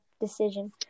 decision